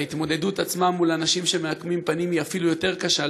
וההתמודדות עצמה מול אנשים שמעקמים פנים היא אפילו יותר קשה,